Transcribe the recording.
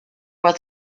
was